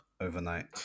overnight